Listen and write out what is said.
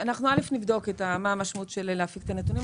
אנחנו נבדוק מה המשמעות של הפקת הנתונים.